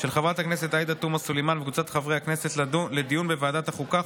של חברת הכנסת עאידה תומא סלימאן וקבוצת חברי הכנסת לדיון בוועדת החוקה,